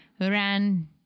ran